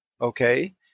okay